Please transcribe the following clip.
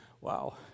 wow